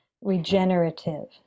regenerative